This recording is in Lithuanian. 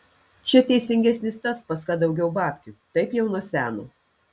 čia teisingesnis tas pas ką daugiau babkių taip jau nuo seno